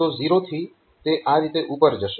તો 0 થી તે આ રીતે ઉપર જશે